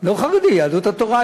לא חרדי, יהדות התורה.